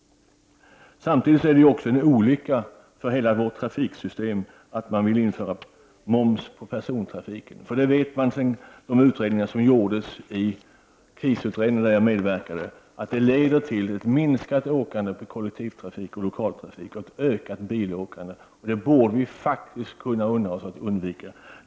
Samtidigt är det olyckligt för hela vårt trafiksystem att man vill införa moms på persontrafiken. Vi vet ju sedan de undersökningar som gjordes i den krisutredning där jag medverkade att detta leder till ett minskat resande med kollektivtrafik och lokaltrafik och ett ökat bilåkande. Det borde vi faktiskt undvika.